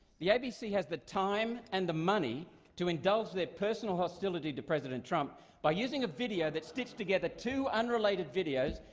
the abc has the time and the money to indulge their personal hostility to president trump by using a video that sticks together two unrelated videos,